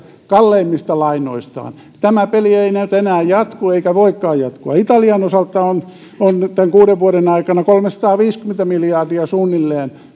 kalleimmista lainoistaan tämä peli ei ei nyt enää jatku eikä voikaan jatkua italian osalta on on nyt tämän kuuden vuoden aikana suunnilleen kolmesataaviisikymmentä miljardia